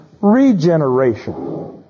regeneration